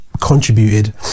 contributed